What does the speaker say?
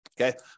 Okay